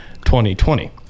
2020